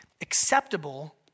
acceptable